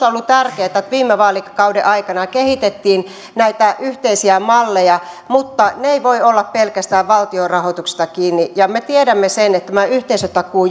ollut tärkeätä että viime vaalikauden aikana kehitettiin näitä yhteisiä malleja mutta ne eivät voi olla pelkästään valtion rahoituksesta kiinni me tiedämme sen että tämä yhteisötakuu